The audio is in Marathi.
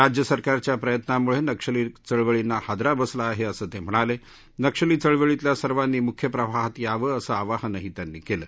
राज्य सरकारच्या प्रयत्नांमुळतिक्षली चळवळीला हादरा बसला आहित्तसं तक्रिणाला अक्षली चळवळीतल्या सर्वांनी मुख्य प्रवाहात यावं असं आवाहनही त्यांनी कलि